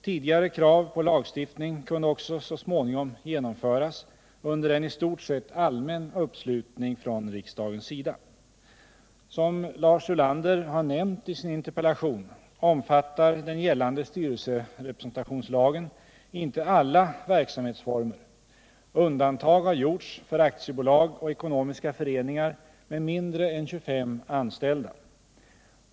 Tidigare krav på lagstiftning kunde också så småningom genomföras under en i stort sett allmän uppslutning från riksdagens sida. Som Lars Ulander har nämnt i sin interpellation omfattar den gällande styrelserepresentationslagen inte alla verksamhetsformer. Undantag har gjorts för aktiebolag och ekonomiska föreningar med mindre än 25 anställda.